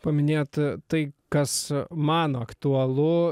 paminėjot tai kas man aktualu